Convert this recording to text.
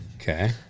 Okay